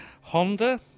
Honda